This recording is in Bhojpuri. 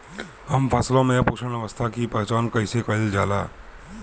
हम फसलों में पुष्पन अवस्था की पहचान कईसे कईल जाला?